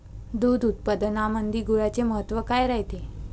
दूध उत्पादनामंदी गुळाचे महत्व काय रायते?